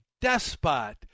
despot